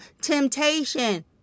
temptation